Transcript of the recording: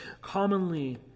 commonly